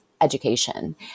education